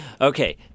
Okay